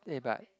eh but